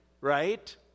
right